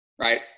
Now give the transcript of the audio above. right